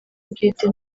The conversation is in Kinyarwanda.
ubwite